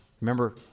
Remember